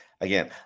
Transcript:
Again